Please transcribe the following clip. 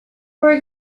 for